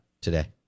today